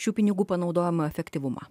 šių pinigų panaudojimo efektyvumą